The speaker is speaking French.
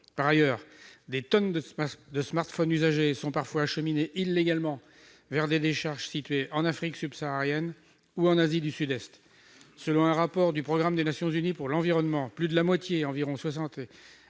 Par ailleurs, des tonnes de smartphones usagés sont parfois acheminées illégalement vers des décharges situées en Afrique subsaharienne ou en Asie du Sud-Est. Selon un rapport du programme des Nations unies pour l'environnement, plus de la moitié- entre 60